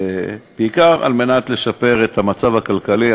בעיקר על מנת לשפר את המצב הכלכלי.